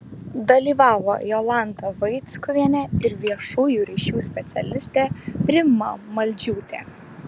dalyvavo jolanta vaickuvienė ir viešųjų ryšių specialistė rima maldžiūtė